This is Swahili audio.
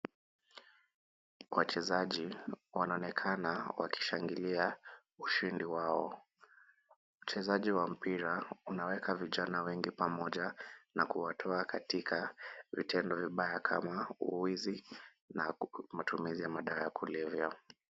Wachezaji wanaonekana wakishangilia ushindi wao. Wachezaji wa mpira unaweka vijana wengi pamoja na kuwatowa katika vitendo vibaya kama uwizi, na matumizi ya madawa ya kulevya.